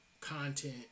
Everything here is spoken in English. content